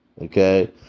okay